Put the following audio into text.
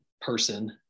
person